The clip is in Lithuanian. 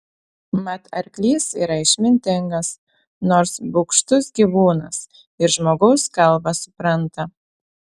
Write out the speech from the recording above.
mat arklys yra išmintingas nors bugštus gyvūnas ir žmogaus kalbą supranta